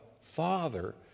father